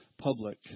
public